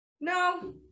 no